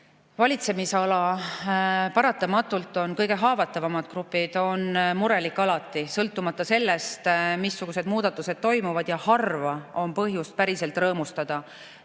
valitsemisalasse paratamatult kuuluvad kõige haavatavamad grupid, on murelik alati, sõltumata sellest, missugused muudatused toimuvad. Harva on põhjust päriselt rõõmustada.